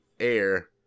Air